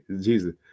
jesus